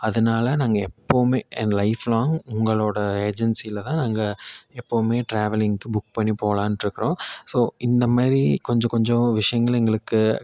அதனால நாங்கள் எப்பவும் என் லைஃப்லாங் உங்களோடய ஏஜென்சியில் தான் நாங்கள் எப்பவும் டிராவலிங்க்கு புக் பண்ணி போகலான்ட்ருக்குறோம் ஸோ இந்த மாதிரி கொஞ்சம் கொஞ்சம் விஷயங்கள் எங்களுக்கு